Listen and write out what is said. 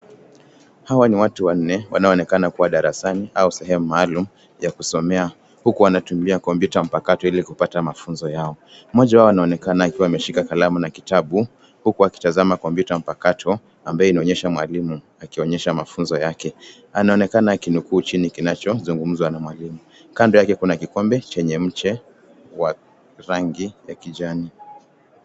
Hawa ni watu wanne wanaoonekana wakiwa darasani au sehemu maalum ya kusomea huku wanatumia kompyuta mpakato ili kupata mafunzo yao. Mmoja wao anaonekana akiwa ameshika kalamu na kitabu huku akitazama kompyuta mpakato ambayo inaonyesha mwalimu akionyesha mafunzo yake. Anaonekana akinukuu chini kinacho zungumzwa na mwalimu. Kando yake kuna kikombe chenye mche wa rangi ya kijani.